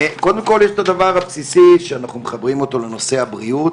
קודם כל יש את הדבר הבסיסי שאנחנו מחברים אותו לנושא הבריאות.